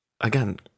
again